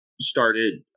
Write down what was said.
started